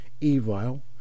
Evil